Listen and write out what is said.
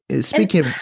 Speaking